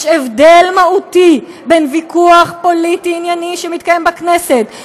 יש הבדל מהותי בין ויכוח פוליטי ענייני שמתקיים בכנסת,